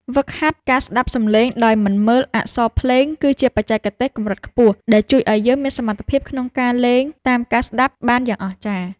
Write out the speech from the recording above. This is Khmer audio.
ហ្វឹកហាត់ការស្ដាប់សម្លេងដោយមិនមើលអក្សរភ្លេងគឺជាបច្ចេកទេសកម្រិតខ្ពស់ដែលជួយឱ្យយើងមានសមត្ថភាពក្នុងការលេងតាមការស្ដាប់បានយ៉ាងអស្ចារ្យ។